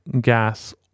gas